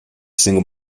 single